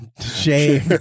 shame